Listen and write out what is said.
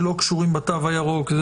שלא קשורים בתו הירוק,